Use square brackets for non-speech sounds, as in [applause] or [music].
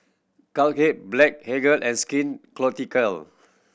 [unintelligible] Blephagel and Skin [unintelligible]